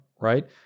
right